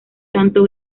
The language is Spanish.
tanto